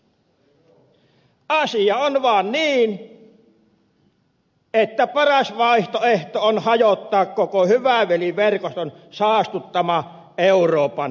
asia on vaan niin että paras vaihtoehto on hajottaa koko hyvä veli verkoston saastuttama euroopan unioni